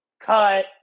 cut